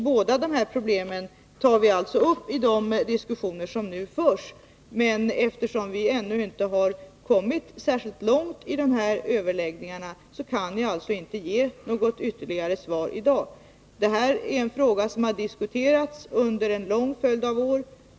Båda dessa problem tar vi alltså upp i de diskussioner som nu förs, men eftersom vi ännu inte har kommit särskilt långt i dessa överläggningar, kan jaginte ge något ytterligare svar i dag. Detta är en fråga som har diskuterats under en lång följd av år.